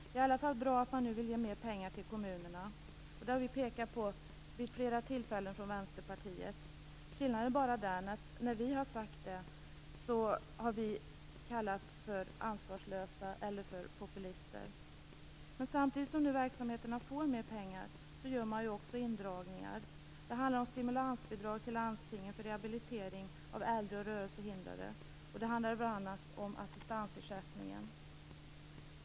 Det är i alla fall bra att man nu vill ge mer pengar till kommunerna. Det har vi från Vänsterpartiet pekat på vid flera tillfällen. Skillnaden är bara den att när vi har sagt det har vi kallats för ansvarslösa eller för populister. Men samtidigt som verksamheterna nu får mer pengar gör man också indragningar. Det handlar om stimulansbidrag till landstingen för rehabilitering av äldre och rörelsehindrade, och det handlar om assistansersättningen.